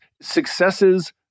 Successes